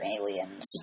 aliens